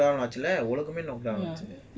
அச்சுலஉலகமேநம்மள:aachula ulagame nammala